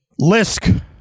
Lisk